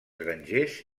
grangers